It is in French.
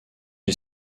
est